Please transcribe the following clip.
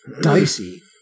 Dicey